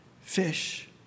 fish